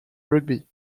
rugby